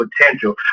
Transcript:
potential